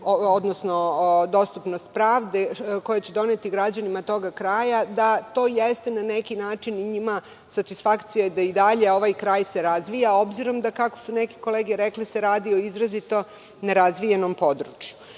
doneti dostupnost pravde građanima tog kraja, da to jeste na neki način njima satisfakcija da se i dalje ovaj kraj razvija, obzirom da se, kako su neke kolege rekle, radi o izrazito nerazvijenom području. Što